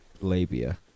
labia